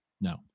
no